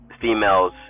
females